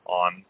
on